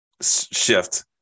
shift